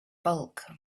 bulk